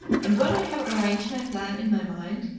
and when i have arranged my plan in my mind,